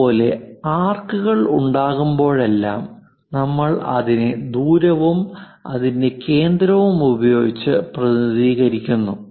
അതുപോലെ ആർക്കുകൾ ഉണ്ടാകുമ്പോഴെല്ലാം നമ്മൾ അതിനെ ദൂരവും അതിന്റെ കേന്ദ്രവും ഉപയോഗിച്ച് പ്രതിനിധീകരിക്കുന്നു